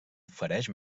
ofereix